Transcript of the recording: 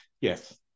yes